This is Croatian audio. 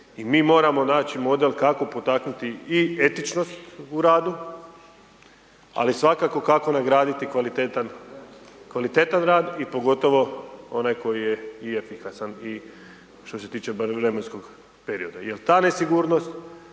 i mi moramo naći model kako potaknuti i etičnost u radu, ali svakako kako nagraditi kvalitetan rad i pogotovo onaj koji je i efikasan i što se tiče bar vremenskog perioda.